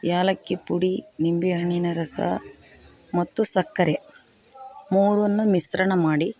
ಏಲಕ್ಕಿ ಪುಡಿ ನಿಂಬೆ ಹಣ್ಣಿನ ರಸ ಮತ್ತು ಸಕ್ಕರೆ ಮೂರನ್ನು ಮಿಶ್ರಣ ಮಾಡಿ